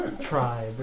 tribe